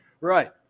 Right